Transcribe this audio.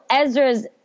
Ezra's